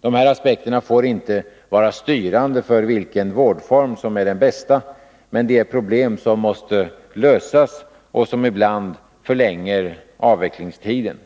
Dessa aspekter får inte vara styrande för vilken vårdform som är den bästa, men de är problem som måste lösas och som ibland förlänger avvecklingstiden.